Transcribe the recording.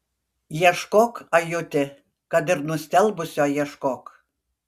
ieškok ajuti kad ir nustelbusio ieškok